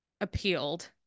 appealed